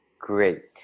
great